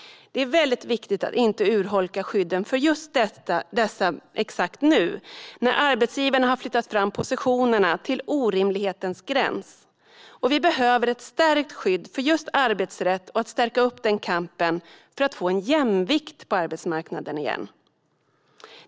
Det är väldigt viktigt att inte urholka skyddet för just detta exakt nu när arbetsgivarna har flyttat fram positionerna till orimlighetens gräns. Vi behöver ett stärkt skydd för just arbetsrätt, och vi behöver stärka upp den kampen för att få jämvikt på arbetsmarknaden igen.